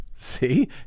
See